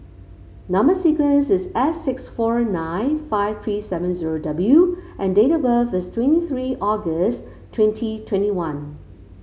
number sequence is S six four nine five three seven zero W and date of birth is twenty three August twenty twenty one